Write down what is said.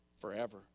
forever